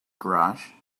garage